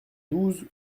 douze